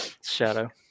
Shadow